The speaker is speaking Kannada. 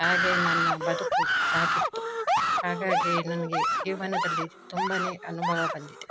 ಹಾಗೆ ನನ್ನ ಬದುಕು ಸಾಗಿತ್ತು ಹಾಗಾಗಿ ನನಗೆ ಯವ್ವನದಲ್ಲಿ ತುಂಬನೆ ಅನುಭವ ಬಂದಿದೆ